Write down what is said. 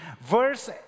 Verse